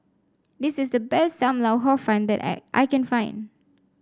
this is the best Sam Lau Hor Fun that I I can find